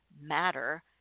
matter